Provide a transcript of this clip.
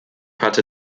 hatte